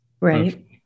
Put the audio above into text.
Right